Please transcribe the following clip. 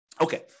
Okay